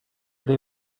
they